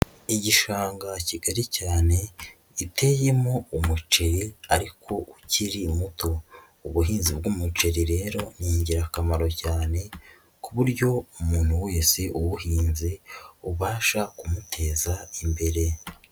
Igishanga kigari cyane giteyemo umuceri ariko ukiri muto, ubuhinzi bw'umuceri rero ni ingirakamaro cyane ku buryo umuntu wese ubuhinze bubasha kumuteza imbere.